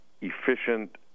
efficient